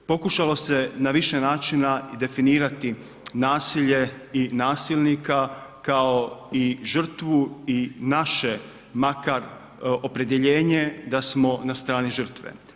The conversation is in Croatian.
Pokušalo se na više načina i definirati nasilje i nasilnika kao i žrtvu i naše makar opredjeljenje da smo na strani žrtve.